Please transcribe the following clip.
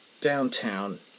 downtown